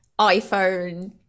iPhone